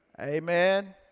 Amen